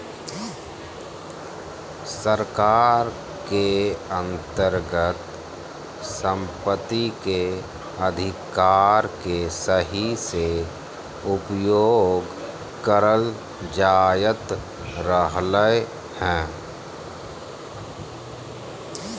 सरकार के अन्तर्गत सम्पत्ति के अधिकार के सही से उपयोग करल जायत रहलय हें